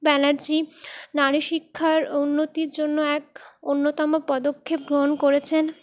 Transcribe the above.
ব্যানার্জী নারীশিক্ষার উন্নতির জন্য এক অন্যতম পদক্ষেপ গ্রহণ করেছেন